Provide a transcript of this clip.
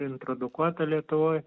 introdukuota lietuvoj